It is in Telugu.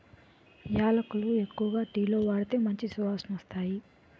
యాలకులు ఎక్కువగా టీలో వాడితే మంచి సువాసనొస్తాయి